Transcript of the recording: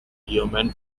yeoman